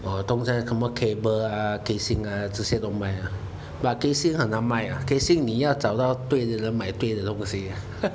我都在什么 cable ah casing 啊这些都卖啊 but casing 很难卖啊 casing 你要找到对的人买的东西